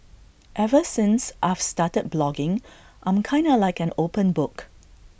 ever since I've started blogging I'm kinda like an open book